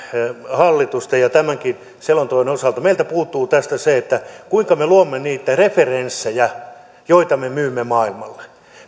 hallitusta siihen ja tämänkin selonteon osalta meiltä puuttuu se kuinka me luomme niitä referenssejä joita me myymme maailmalle